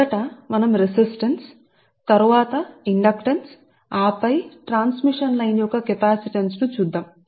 మొదట మనము ఆ రెసిస్టన్స్ తరవాత మీరు ఇండక్టెన్స్ అని పిలిచేదాన్ని మనం చూద్దాం ఆపై ఈ విషయం ట్రాన్స్మిషన్ లైన్ యొక్క కెపాసిటెన్స్ ను చూస్తాము